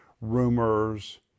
rumors